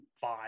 five